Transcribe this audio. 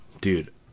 dude